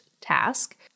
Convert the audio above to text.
task